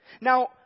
Now